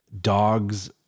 dog's